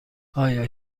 آیا